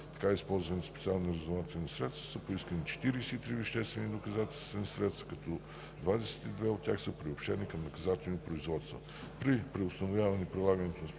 на използваните специални разузнавателни средства са поискани 43 веществени доказателствени средства, като 22 от тях са приобщени към наказателни производства. При преустановяване прилагането на специалните